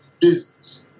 business